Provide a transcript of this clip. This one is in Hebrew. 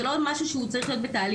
זה לא משהו שהוא צריך להיות בתהליך.